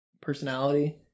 personality